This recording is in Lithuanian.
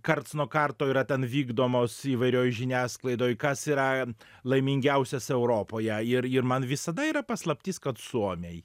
karts nuo karto yra ten vykdomos įvairioj žiniasklaidoj kas yra laimingiausias europoje ir ir man visada yra paslaptis kad suomiai